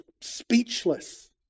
speechless